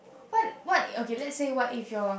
what what okay let's say what if your